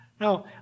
Now